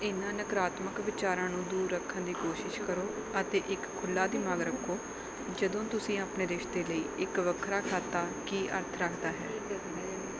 ਇਨ੍ਹਾਂ ਨਕਾਰਾਤਮਕ ਵਿਚਾਰਾਂ ਨੂੰ ਦੂਰ ਰੱਖਣ ਦੀ ਕੋਸ਼ਿਸ਼ ਕਰੋ ਅਤੇ ਇੱਕ ਖੁੱਲ੍ਹਾ ਦਿਮਾਗ ਰੱਖੋ ਜਦੋਂ ਤੁਸੀਂ ਆਪਣੇ ਰਿਸ਼ਤੇ ਲਈ ਇੱਕ ਵੱਖਰਾ ਖਾਤਾ ਕੀ ਅਰਥ ਰੱਖਦਾ ਹੈ